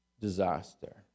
disaster